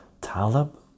Taleb